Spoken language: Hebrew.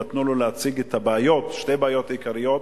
נתנו לו להציג את שתי הבעיות העיקריות: